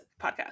podcast